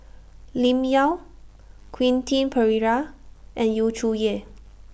Lim Yau Quentin Pereira and Yu Zhuye